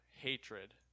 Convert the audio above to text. hatred